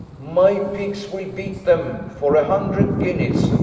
my pigs will beat them, for a hundred guineas.